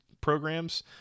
programs